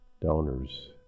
donors